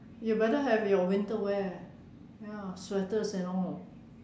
you better have your winter wear ya sweaters and all